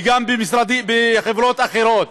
וגם בחברות אחרות,